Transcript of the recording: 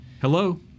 Hello